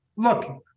Look